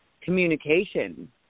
communication